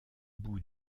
bout